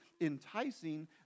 enticing